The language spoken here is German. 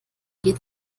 geht